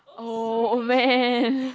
oh man